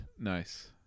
Nice